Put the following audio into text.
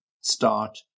start